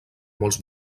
molts